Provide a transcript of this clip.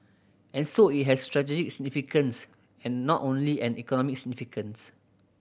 and so it has strategic significance and not only an economic significance